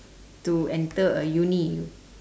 to enter a uni